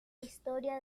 historia